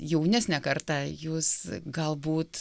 jaunesnė karta jūs galbūt